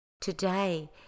Today